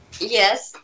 Yes